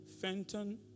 Fenton